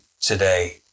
today